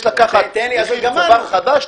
יש לקחת מחיר צובר חדש,